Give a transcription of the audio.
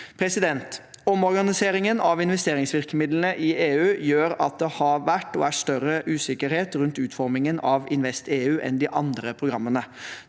Omorganiseringen av investeringsvirkemidlene i EU gjør at det har vært, og er, større usikkerhet rundt utformingen av InvestEU enn de andre programmene.